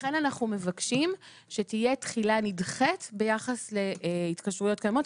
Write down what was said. ולכן אנחנו מבקשים שתהיה תחילה נדחית ביחס להתקשרויות קיימות.